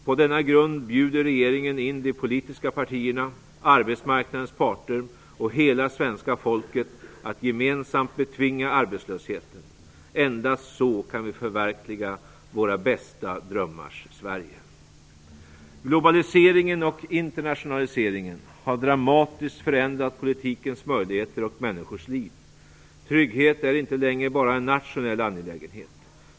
På denna grund bjuder regeringen in de politiska partierna, arbetsmarknadens parter och hela svenska folket att gemensamt betvinga arbetslösheten. Endast så kan vi förverkliga våra bästa drömmars Sverige. Globaliseringen och internationaliseringen har dramatiskt förändrat politikens möjligheter och människors liv. Trygghet är inte längre bara en nationell angelägenhet.